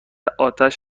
آتش